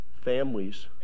families